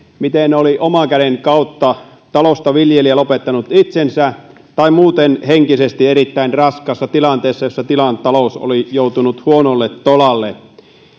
miten oli oman käden kautta talosta viljelijä lopettanut itsensä tai muuten henkisesti erittäin raskaassa tilanteessa jossa tilan talous oli joutunut huonolle tolalle